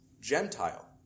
Gentile